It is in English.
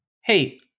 hey